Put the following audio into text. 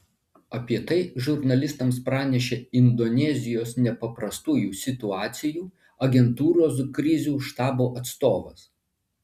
apie tai žurnalistams pranešė indonezijos nepaprastųjų situacijų agentūros krizių štabo atstovas